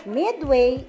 midway